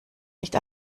nicht